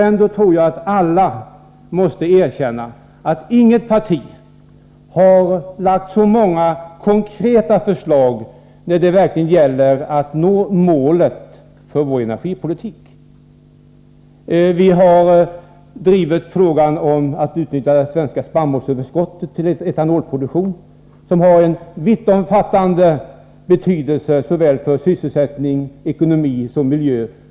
Ändå tror jag alla måste erkänna att inget annat parti har lagt fram så många konkreta förslag när det gäller att verkligen nå målet för vår energipolitik. Vi har drivit frågan om att utnyttja det svenska spannmålsöverskottet till etanolproduktion. Det har en vittomfattande betydelse såväl för sysselsättning och ekonomi som för miljö.